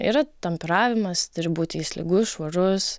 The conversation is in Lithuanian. yra temperavimas turi būti jis lygus švarus